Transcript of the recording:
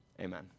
Amen